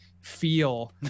feel